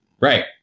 right